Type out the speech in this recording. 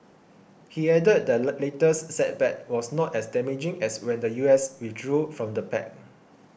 he added the latest setback was not as damaging as when the US withdrew from the pact